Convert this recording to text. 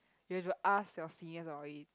you have to ask your seniors for it